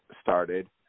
started